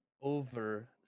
over